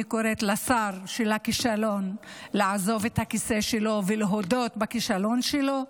אני קוראת לשר הכישלון לעזוב את הכיסא שלו ולהודות בכישלון שלו.